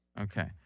Okay